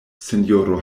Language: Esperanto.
sinjoro